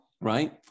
right